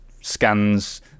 scans